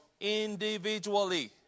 individually